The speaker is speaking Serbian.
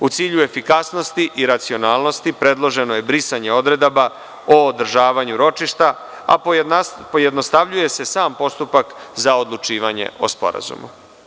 U cilju efikasnosti i racionalnosti predloženo je brisanje odredaba o održavanju ročišta, a pojednostavljuje se sam postupak za odlučivanje o sporazumu.